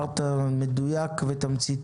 יגאל להב, בבקשה.